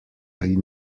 pri